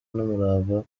n’umurava